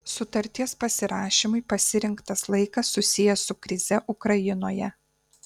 sutarties pasirašymui pasirinktas laikas susijęs su krize ukrainoje